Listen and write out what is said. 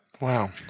Wow